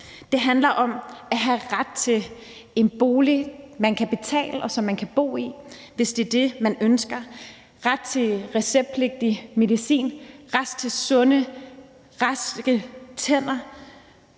Det handler om at have ret til en bolig, som man kan betale, og som man kan bo i, hvis det er det, man ønsker, ret til receptpligtig medicin, ret til sunde, raske tænder